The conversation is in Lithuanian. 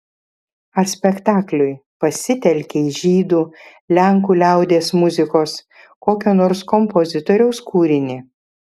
ar spektakliui pasitelkei žydų lenkų liaudies muzikos kokio nors kompozitoriaus kūrinį